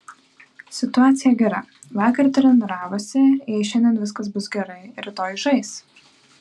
situacija gera vakar treniravosi jei šiandien viskas bus gerai rytoj žais